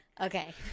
Okay